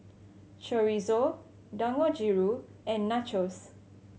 Chorizo Dangojiru and Nachos